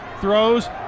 throws